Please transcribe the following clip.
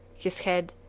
his head,